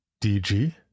DG